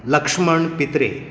Laxman Pitre